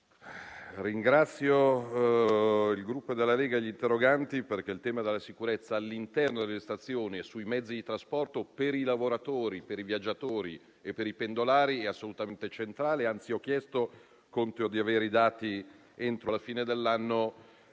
ringrazio il Gruppo Lega e i senatori interroganti perché il tema della sicurezza all'interno delle stazioni e sui mezzi di trasporto per i lavoratori, per i viaggiatori e per i pendolari è assolutamente centrale. Anzi, io ho chiesto di avere, entro la fine dell'anno,